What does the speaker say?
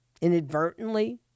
inadvertently